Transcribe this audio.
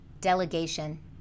Delegation